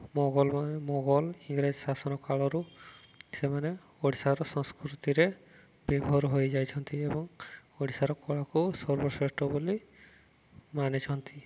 ମୋଗଲ ମାନେ ମୋଗଲ ଇଂରେଜ ଶାସନ କାଳରୁ ସେମାନେ ଓଡ଼ିଶାର ସଂସ୍କୃତିରେ ବିଭୋର ହୋଇଯାଇଛନ୍ତି ଏବଂ ଓଡ଼ିଶାର କଳାକୁ ସର୍ବଶ୍ରେଷ୍ଠ ବୋଲି ମାନିଛନ୍ତି